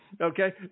Okay